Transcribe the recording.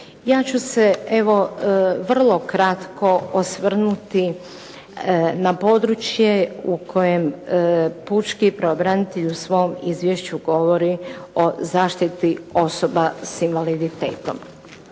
Ja ću se, evo vrlo kratko osvrnuti na područje u kojem pučki pravobranitelj u svom izvješću govori o zaštiti osoba s invaliditetom.